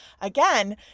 again